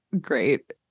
great